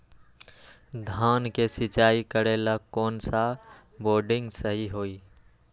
धान के सिचाई करे ला कौन सा बोर्डिंग सही होई?